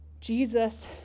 Jesus